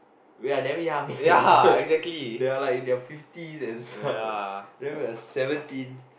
we're damn young leh they are like in the fifties and stuff then we are seventeen